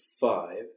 five